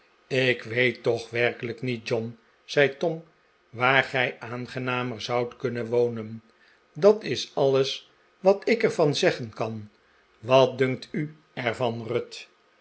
ik weet toch werkelijk niet john zei tom waar gij aangenamer zoudt kunnen wonen dat is alles wat ik er van zeggen kan wat dunkt u er van ruth